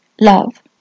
love